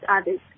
others